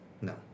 No